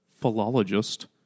philologist